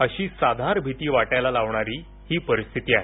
अशी साधार भीति वाटायला लावणारी ही परिस्थिती आहे